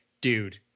dude